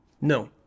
no